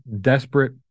desperate